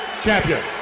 Champion